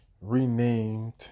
renamed